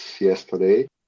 yesterday